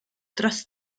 dros